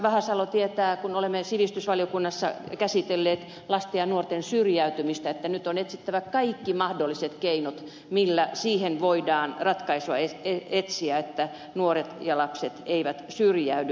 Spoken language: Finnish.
vahasalo tietää kun olemme sivistysvaliokunnassa käsitelleet lasten ja nuorten syrjäytymistä että nyt on etsittävä kaikki mahdolliset keinot joilla voidaan ratkaisuja etsiä siihen että nuoret ja lapset eivät syrjäydy